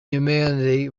humanity